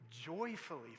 Joyfully